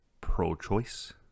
pro-choice